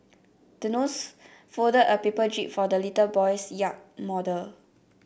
the nurse folded a paper jib for the little boy's yacht model